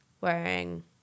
wearing